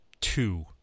two